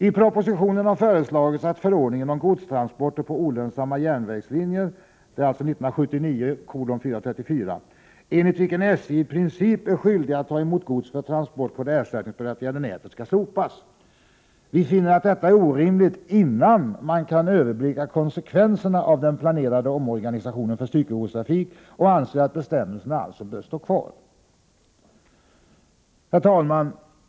I propositionen har föreslagits att förordningen om godstransporter på olönsamma järnvägslinjer — enligt vilken SJ i princip är skyldig att ta emot gods för transport på det ersättningsberättigade bannätet — skall slopas. Vi finner att detta är orimligt innan man kan överblicka konsekvenserna av den planerade omorganisationen för styckegodstrafik och anser alltså att bestämmelserna bör stå kvar. Herr talman!